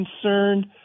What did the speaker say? concerned